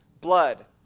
blood